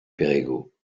perregaux